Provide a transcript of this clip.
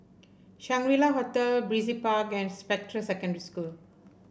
Shangri La Hotel Brizay Park and Spectra Secondary School